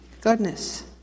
goodness